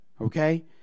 okay